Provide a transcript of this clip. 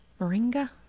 moringa